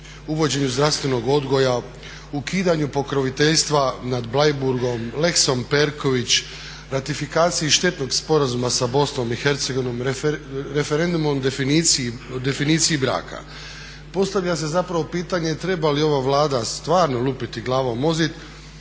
uvođenju zdravstvenog odgoja, ukidanju pokroviteljstva nad Bleiburgom, lexom Perković, ratifikaciji štetnog sporazuma sa BiH, referendum o definiciji braka. Postavlja se zapravo pitanje treba li ova Vlada stvarno lupiti glavom o zid